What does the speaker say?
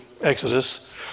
Exodus